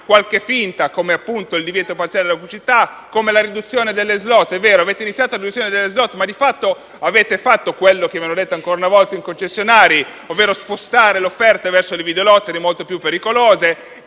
qualche finta, come appunto il divieto parziale della pubblicità o la riduzione delle *slot machine*. È vero, avete iniziato la riduzione delle *slot*, ma, in sostanza, avete fatto quanto vi hanno detto ancora una volta i concessionari, ovvero spostare le offerte verso le *videolottery*, che sono molto più pericolose,